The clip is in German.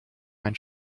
mein